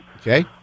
Okay